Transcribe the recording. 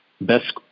best